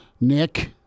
Nick